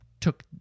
Took